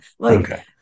Okay